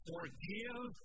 Forgive